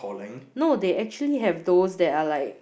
no they actually have those that are like